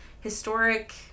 historic